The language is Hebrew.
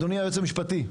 אדוני היועץ המשפטי,